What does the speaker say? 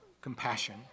compassion